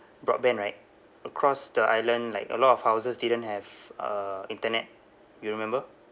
broadband right across the island like a lot of houses didn't have uh internet you remember